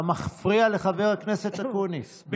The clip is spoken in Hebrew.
אתה מפריע לחבר הכנסת אקוניס.